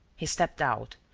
he stepped out,